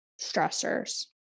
stressors